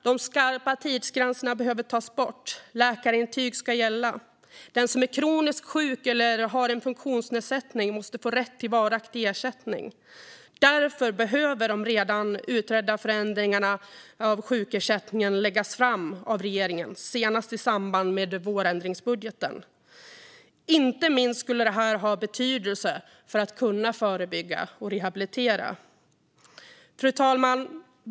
De skarpa tidsgränserna behöver tas bort, läkarintyg ska gälla och den som är kroniskt sjuk eller har en funktionsnedsättning måste få rätt till varaktig ersättning. Därför behöver de redan utredda förändringarna av sjukersättningen läggas fram av regeringen senast i samband med vårändringsbudgeten. Inte minst skulle det här ha betydelse för att kunna förebygga och rehabilitera. Fru talman!